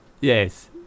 Yes